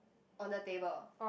on the table